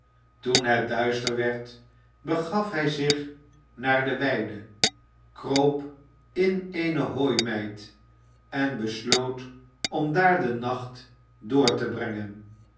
toen het duister werd begaf hij zich naar de weide kroop in eene hooimijt en besloot om daar den nacht door te brengen